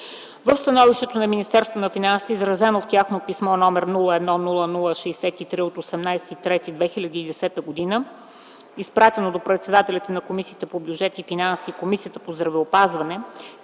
В становището на Министерството на финансите, изразено в тяхно писмо изх. № 01-00-63 от 18.03.2010 г., изпратено до председателите на Комисията по бюджет и финанси и Комисията по здравеопазването,